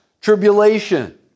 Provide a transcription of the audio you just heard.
tribulation